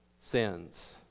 sins